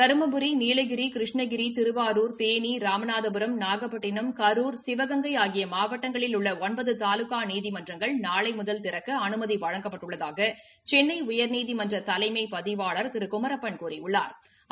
தருமபுரி நீலகிரி கிருஷ்ணகிரி திருவாரூர் தேனி ராமநாதபுரம் நாகப்பட்டினம் கரூர் சிவகங்கை ஆகிய மாவட்டங்களில் உள்ள ஒன்பது தாலுகா நீதிமன்றங்கள் நாளை முதல் திறக்க அனுமதி வழங்கப்பட்டுள்ளதாக சென்னை உயா்நீதிமன்ற தலைமை பதிவாளா் திரு குமரப்பன் கூறியுள்ளாா்